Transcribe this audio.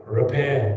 repair